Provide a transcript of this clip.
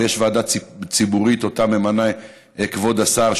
ויש ועדה ציבורית שאותה ממנה כבוד השר,